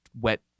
wet